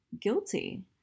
guilty